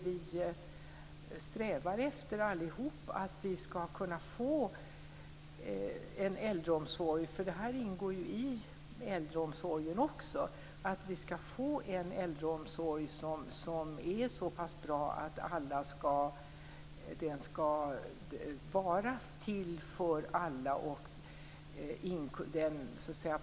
Vi strävar allihop efter att vi skall kunna få en äldreomsorg - och också detta ingår i äldreomsorgen - som är så pass bra att den är till för alla.